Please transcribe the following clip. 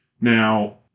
Now